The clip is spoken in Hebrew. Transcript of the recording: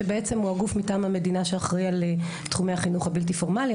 שבעצם הוא הגוף מטעם המדינה שאחראי על תחומי החינוך הבלתי-פורמלי,